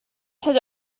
had